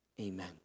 Amen